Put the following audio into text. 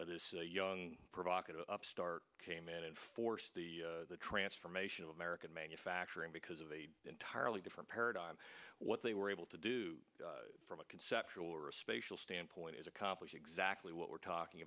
this young provocateur upstart came in and force the transformation of american manufacturing because of a entirely different paradigm what they were able to do from a conceptual or a spatial standpoint is accomplished exactly what we're talking